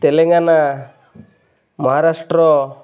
Telangana Maharashtra